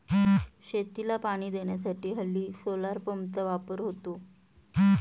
शेतीला पाणी देण्यासाठी हल्ली सोलार पंपचा वापर होतो